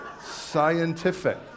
scientific